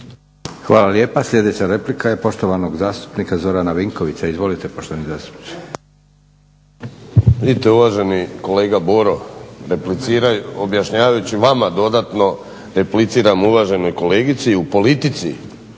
Hvala lijepa. Sljedeća replika je poštovanog zastupnika Zorana Vinkovića. Izvolite poštovani zastupniče. **Vinković, Zoran (HDSSB)** Vidite uvaženi kolega Boro objašnjavajući vama dodatno repliciram uvaženoj kolegici. U politici